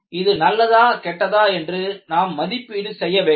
இது நல்லதா கெட்டதா என்று நாம் மதிப்பீடு செய்ய வேண்டும்